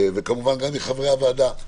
וכמובן שגם מחברי הוועדה,